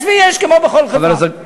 יש ויש, כמו בכל חברה.